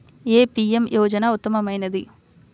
ఏ PM యోజన ఉత్తమమైనది?